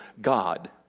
god